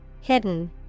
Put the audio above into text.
Hidden